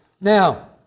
Now